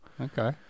Okay